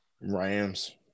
Rams